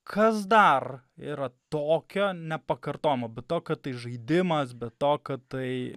kas dar yra tokio nepakartojamo be to kad tai žaidimas be to kad tai